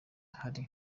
hari